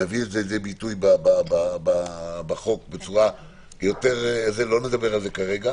נביא את זה לידי ביטוי בחוק, לא נדבר על זה כרגע.